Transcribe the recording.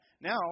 Now